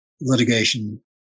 litigation